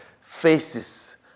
faces